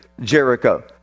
Jericho